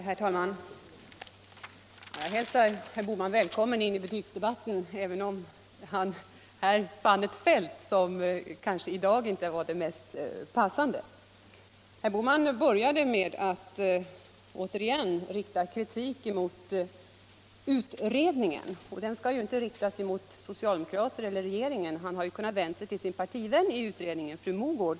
Herr talman! Jag hälsar herr Bohman välkommen in i skoldebatten, även om han i dag fann ett fält som kanske inte var det mest passande. Herr Bohman började med att åter rikta kritik mot utredningen, men Nr 134 den kritiken skall inte riktas mot regeringen. Herr Bohman kunde ha Fredagen den vänt sig med den kritiken till sin partivän i utredningen, fru Mogård.